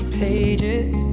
pages